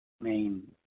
main